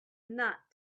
not